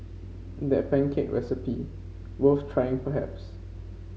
that pancake recipe worth trying perhaps